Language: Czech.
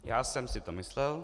Já jsem si to myslel.